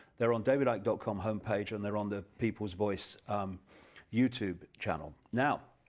they are on davidicke dot com home page, and they are on the people's voice youtube channel. now,